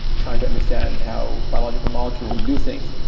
trying to understand how biological molecules do things.